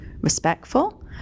respectful